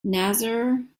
nasir